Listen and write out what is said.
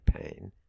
pain